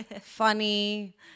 funny